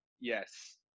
yes